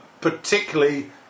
particularly